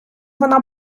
вона